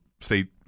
state